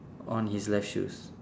on his left shoes